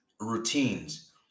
routines